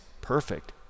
Perfect